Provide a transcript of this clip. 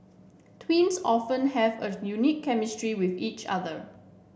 twins often have a unique chemistry with each other